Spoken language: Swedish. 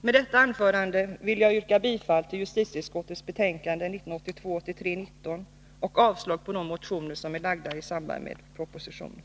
Med detta anförande yrkar jag bifall till justitieutskottets hemställan i betänkande 1982/83:19 och avslag på de motioner som har väckts i samband med propositionen.